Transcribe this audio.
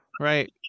Right